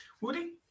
woody